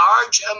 large